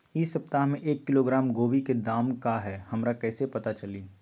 इ सप्ताह में एक किलोग्राम गोभी के दाम का हई हमरा कईसे पता चली?